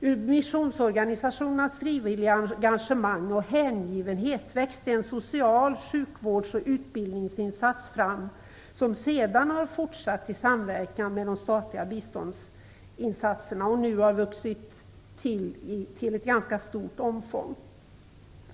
Ur missionsorganisationernas frivilliga engagemang och hängivenhet växte en social insats samt en sjukvårds och utbildningsinsats fram, som sedan har fortsatt i samverkan med de statliga biståndsinsatserna och som nu har vuxit och fått ett ganska stort omfång.